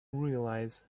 realise